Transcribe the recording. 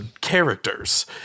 characters